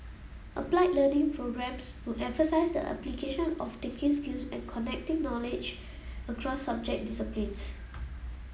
applied Learning programmes will emphasise the application of thinking skills and connecting knowledge across subject disciplines